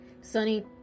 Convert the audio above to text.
Sunny